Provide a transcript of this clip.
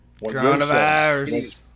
Coronavirus